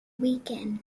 weekend